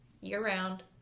Year-round